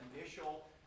initial